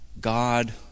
God